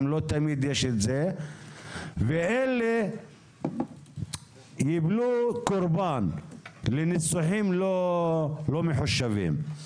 אבל אלה ייפלו קורבן לניסוחים לא מחושבים.